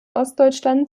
ostdeutschland